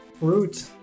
Root